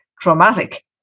traumatic